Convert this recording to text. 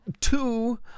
two